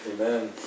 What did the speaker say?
Amen